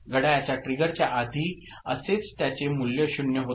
घड्याळाच्या ट्रिगरच्या आधी असेच त्याचे मूल्य 0 होते